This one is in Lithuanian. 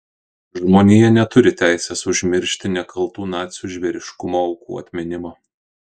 žmonija neturi teisės užmiršti nekaltų nacių žvėriškumo aukų atminimo